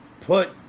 put